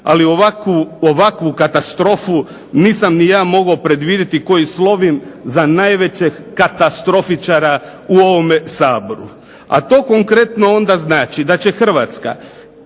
ali ovakvu katastrofu nisam ni ja mogao predvidjeti koji slovim za najvećeg katastrofičara u ovome Saboru. A to konkretno onda znači da će Hrvatskoj